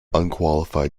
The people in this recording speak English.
unqualified